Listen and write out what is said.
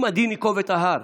אם הדין ייקוב את ההר